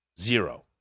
zero